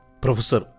Professor